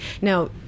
Now